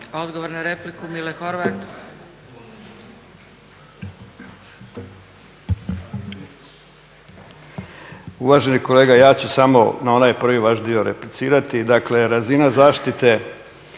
Odgovor na repliku, Mile Horvat.